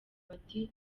bati